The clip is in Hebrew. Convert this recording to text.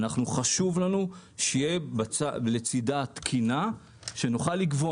חשוב לנו שיהיה לצידה תקינה שנוכל לקבוע